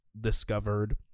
discovered